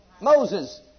Moses